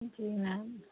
जी ma'am